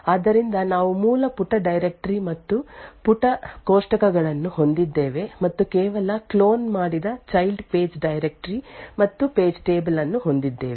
ಆದ್ದರಿಂದ ನಾವು ಮೂಲ ಪುಟ ಡೈರೆಕ್ಟರಿ ಮತ್ತು ಪುಟ ಕೋಷ್ಟಕಗಳನ್ನು ಹೊಂದಿದ್ದೇವೆ ಮತ್ತು ಕೇವಲ ಕ್ಲೋನ್ ಮಾಡಿದ ಚೈಲ್ಡ್ ಪೇಜ್ ಡೈರೆಕ್ಟರಿ ಮತ್ತು ಪೇಜ್ ಟೇಬಲ್ ಅನ್ನು ಹೊಂದಿದ್ದೇವೆ